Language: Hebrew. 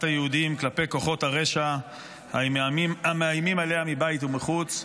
היהודים כלפי כוחות הרשע המאיימים עליה מבית ומחוץ.